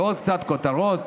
ועוד קצת כותרות,